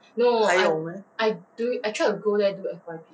还有 meh